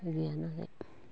उफाय गैयानालाय